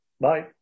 Bye